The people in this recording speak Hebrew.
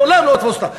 לעולם לא אתפוס אותה.